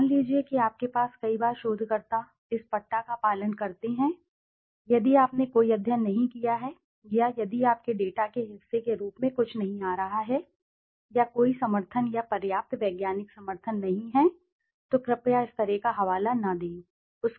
मान लीजिए कि आपके पास कई बार शोधकर्ता इस पट्टा का पालन करते हैं यदि आपने कोई अध्ययन नहीं किया है या यदि आपके डेटा के हिस्से के रूप में कुछ नहीं आ रहा है या कोई समर्थन या पर्याप्त वैज्ञानिक समर्थन नहीं है तो कृपया इस तरह का हवाला न दें डेटा